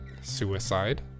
Suicide